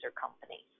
company